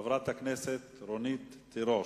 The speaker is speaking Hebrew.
חברת הכנסת רונית תירוש,